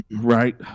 Right